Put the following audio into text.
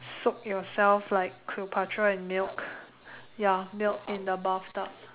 soak yourself like cleopatra in milk ya milk in the bathtub